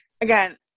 again